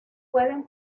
pueden